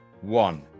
one